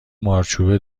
مارچوبه